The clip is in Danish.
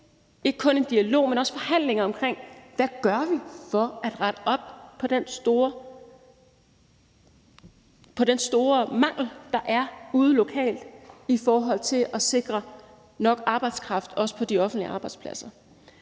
ikke kun til en dialog, men også til forhandlinger om, hvad vi gør for at rette op på den store mangel, der er derude lokalt, i forhold til at sikre nok arbejdskraft, også på de offentlige arbejdspladser.